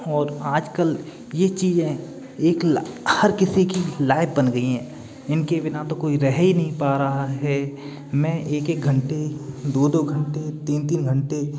और आजकल ये चीज़ें एक हर किसी की लाइफ बन गई है इनके बिना तो कोई रह ही नहीं पा रहा है मैं एक एक घंटे दो दो घंटे तीन तीन घंटे